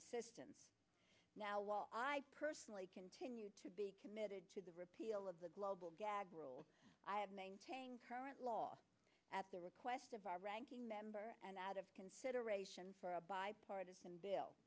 assistance now while i personally continue to be committed to the repeal of the global gag rule i maintain current law at the request of our ranking member and out of consideration for a bipartisan bill